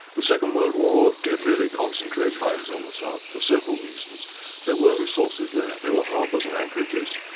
the second world war did really concentrate minds on the south for several reasons there were resources there, there were harbours and anchorages.